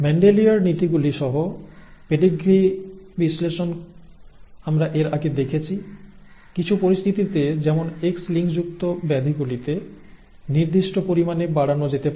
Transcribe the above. মেন্ডেলিয়ার নীতিগুলি সহ পেডগ্রি বিশ্লেষণ আমরা এর আগে দেখেছি কিছু পরিস্থিতিতে যেমন X লিঙ্কযুক্ত ব্যাধিগুলিতে নির্দিষ্ট পরিমাণে বাড়ানো যেতে পারে